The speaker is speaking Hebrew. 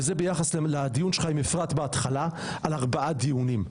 וזה ביחס לדיון שלך עם אפרת בהתחלה על ארבעה דיונים,